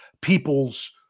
people's